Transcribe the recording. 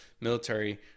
military